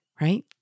right